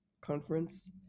conference